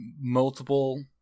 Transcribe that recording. multiple